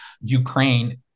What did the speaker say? Ukraine